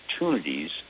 opportunities